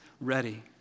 ready